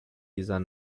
dieser